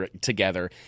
together